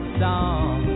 song